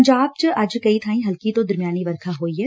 ਪੰਜਾਬ ਚ ਅੱਜ ਕਈ ਬਾਈ ਹਲਕੀ ਤੋ ਦਰਮਿਆਨੀ ਵਰਖਾ ਹੋਈ ਐ